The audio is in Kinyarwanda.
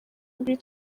mbi